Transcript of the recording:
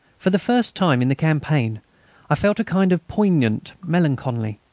for the first time in the campaign i felt a kind of poignant melancholy.